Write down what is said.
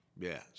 Yes